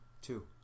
two